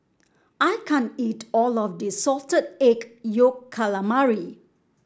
I can't eat all of this Salted Egg Yolk Calamari